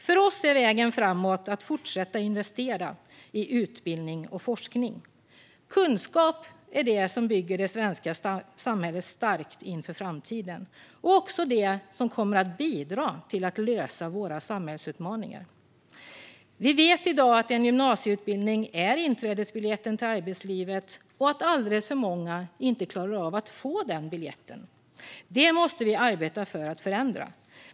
För oss är vägen framåt att fortsätta att investera i utbildning och forskning. Kunskap är det som bygger det svenska samhället starkt inför framtiden och också det som kommer att bidra till att lösa våra samhällsutmaningar. Vi vet i dag att en gymnasieutbildning är inträdesbiljetten till arbetslivet och att alldeles för många inte klarar av att få den. Det måste vi arbeta för att förändra.